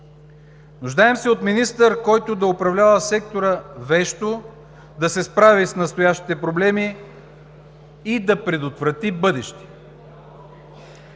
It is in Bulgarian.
Нуждаем се от министър, който да управлява сектора вещо, да се справи с настоящите проблеми и да предотврати бъдещи.